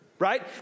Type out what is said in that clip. Right